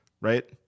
Right